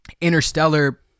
Interstellar